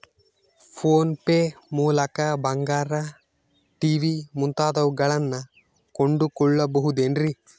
Phone pay ಮೂಲಕ ಬಂಗಾರ, TV ಮುಂತಾದವುಗಳನ್ನ ಕೊಂಡು ಕೊಳ್ಳಬಹುದೇನ್ರಿ?